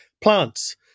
Plants